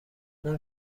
اون